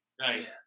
Right